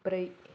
ब्रै